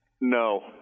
No